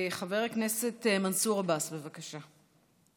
חבר הכנסת מנסור עבאס, בבקשה.